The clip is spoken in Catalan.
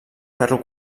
ferro